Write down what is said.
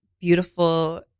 beautiful